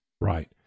Right